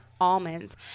almonds